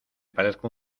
parezco